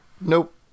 Nope